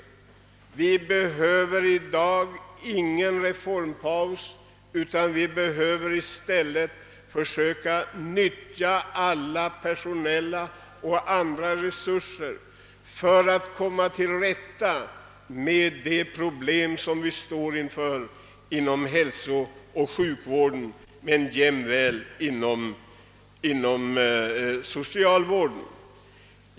Och vi behöver i dag ingen reformpaus — tvärtom måste vi försöka utnyttja alla personella och andra resurser för att komma till rätta med de problem som vi står inför på de tre här aktuella områdena.